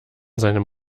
seinem